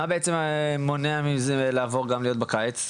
מה בעצם מונע מזה לעבור גם להיות בקיץ?